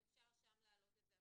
ואפשר שם להעלות את זה,